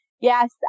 Yes